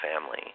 family